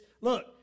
look